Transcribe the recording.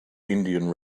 indian